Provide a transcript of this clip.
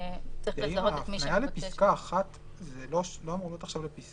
צריך לזהות את מי שמבקש --- ההפנייה לא צריכה להיות אחרת,